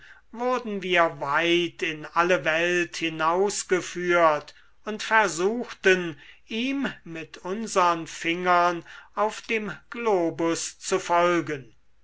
wurden wir weit in alle welt hinausgeführt und versuchten ihm mit unsern fingern auf dem globus zu folgen